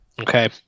okay